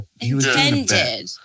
Intended